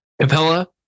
Capella